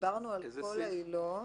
דיברנו על כל העילות.